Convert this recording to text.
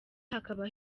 hakaba